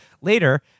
Later